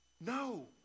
no